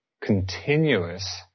continuous